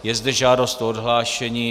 Je zde žádost o odhlášení.